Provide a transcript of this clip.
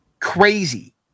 Crazy